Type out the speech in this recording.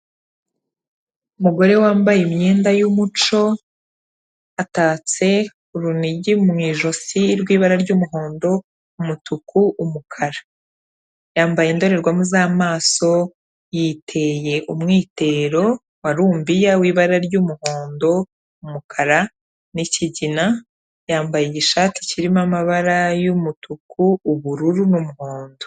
Umugore wambaye imyenda y'umuco, atatse urunigi mu ijosi rw'ibara ry'umuhondo, umutuku, umukara. Yambaye indorerwamu z'amaso yiteye umwitero wa rumbiya w'ibara ry'umuhondo, umukara n'ikigina, yambaye igishati kirimo amabara y'umutuku, ubururu n'umuhondo.